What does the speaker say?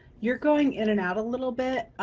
you're going in and out a little bit.